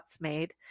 made